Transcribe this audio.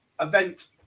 event